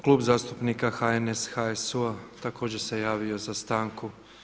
Klub zastupnika HNS, HSU također se javio za stanku.